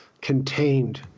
contained